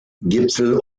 gipfel